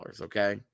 okay